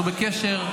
אנחנו בקשר,